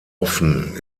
offen